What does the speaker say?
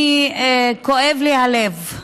כואב לי הלב,